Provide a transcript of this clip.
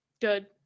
Good